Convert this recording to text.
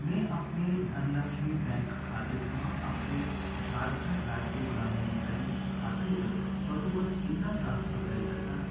में अपने धनलक्ष्मी बैंक खाते थमां अपने झारखंड राज्य ग्रामीण बैंक खाते च बद्धोबद्ध किन्ना ट्रांसफर करी सकनां